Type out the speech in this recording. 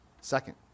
Second